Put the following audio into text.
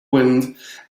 wind